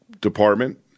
Department